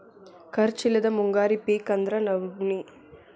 ಖರ್ಚ್ ಇಲ್ಲದ ಮುಂಗಾರಿ ಪಿಕ್ ಅಂದ್ರ ನವ್ಣಿ